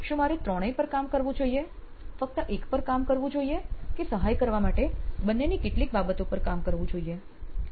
શું મારે ત્રણેય પર કામ કરવું જોઈએ ફક્ત 1 પર કામ કરવું જોઈએ કે સહાય કરવા માટે બંનેની કેટલીક બાબતો કામ કરવું જોઈએ